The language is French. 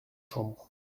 chambre